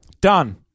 Done